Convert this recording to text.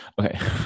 Okay